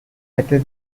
rather